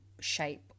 shape